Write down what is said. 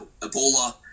Ebola